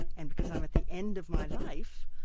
and because i'm at the end of my life,